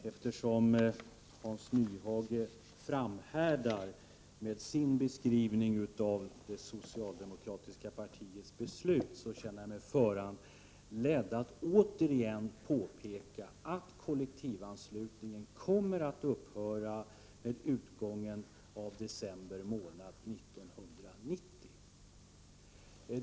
Herr talman! Eftersom Hans Nyhage framhärdar med sin beskrivning av det socialdemokratiska partiets beslut, känner jag mig föranledd att återigen påpeka att kollektivanslutningen kommer att upphöra med utgången av december månad 1990.